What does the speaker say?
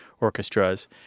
orchestras